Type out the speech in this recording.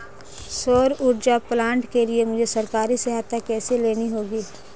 सौर ऊर्जा प्लांट के लिए मुझे सरकारी सहायता कैसे लेनी होगी?